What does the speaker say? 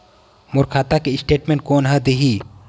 मोर खाता के स्टेटमेंट कोन ह देही?